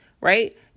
right